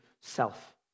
self